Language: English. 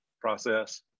process